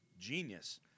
genius